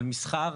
על מסחר,